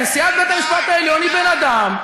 נשיאת בית-המשפט העליון היא בן-אדם,